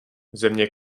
země